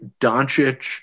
Doncic